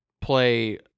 play